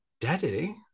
Daddy